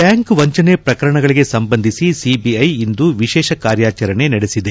blank ವಂಚನೆ ಪ್ರಕರಣಗಳಿಗೆ ಸಂಬಂಧಿಸಿ ಸಿಬಿಐ ಇಂದು ವಿಶೇಷ ಕಾರ್ಯಾಚರಣೆ ನಡೆಸಿದೆ